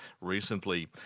recently